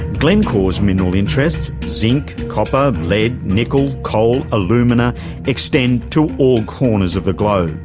glencore's mineral interests zinc, copper, lead, nickel, coal, alumina extend to all corners of the globe,